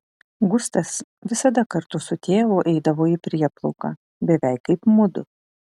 gustas visada kartu su tėvu eidavo į prieplauką beveik kaip mudu